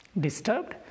disturbed